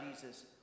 Jesus